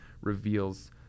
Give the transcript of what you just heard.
reveals